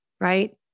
right